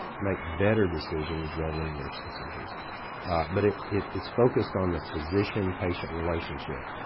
make better decisions rather than worse decisions but it it is focused on the physician patient relationship.